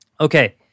Okay